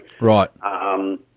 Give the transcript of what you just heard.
right